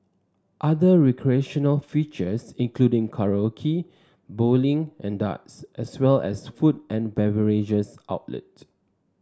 other recreational features include karaoke bowling and darts as well as food and beverage outlets